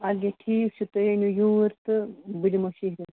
اَدٕ کیٛاہ ٹھیٖک چھُ تُہۍ أنِو یوٗرۍ تہٕ بہٕ دِمو شِہرِتھ